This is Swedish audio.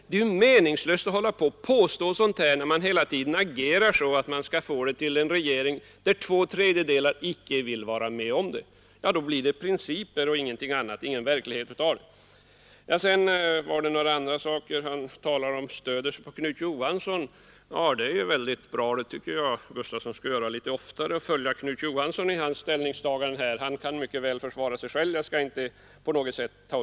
Det är ju meningslöst att påstå något sådant, när man hela tiden agerar så att man skall få en regering där två tredjedelar inte vill vara med om det. Då blir det ju principer, det blir ingen verklighet av det. När herr Gustafsson i Byske sedan talade om några andra saker stödde han sig på Knut Johansson i Stockholm. Det är mycket bra. Jag tycker att herr Gustafsson litet oftare skall följa Knut Johansson i dennes ställningstaganden. Men Knut Johansson kan mycket väl försvara sig själv, och jag skall inte orda vidare om den saken.